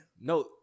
No